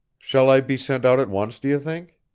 shall i be sent out at once, do you think?